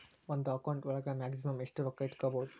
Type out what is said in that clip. ಒಂದು ಅಕೌಂಟ್ ಒಳಗ ಮ್ಯಾಕ್ಸಿಮಮ್ ಎಷ್ಟು ರೊಕ್ಕ ಇಟ್ಕೋಬಹುದು?